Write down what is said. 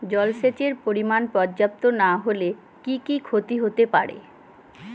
জলসেচের পরিমাণ পর্যাপ্ত না হলে কি কি ক্ষতি হতে পারে?